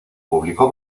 publicó